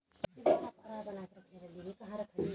एसे खेत के जोताई गहराई तक होला